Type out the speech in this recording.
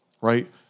right